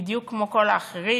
בדיוק כמו כל האחרים.